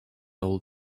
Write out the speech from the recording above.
old